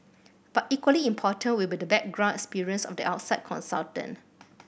but equally important will be the background experience of the outside consultant